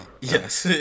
Yes